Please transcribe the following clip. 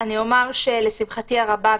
לשמחתי הרבה,